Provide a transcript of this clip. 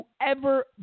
Whoever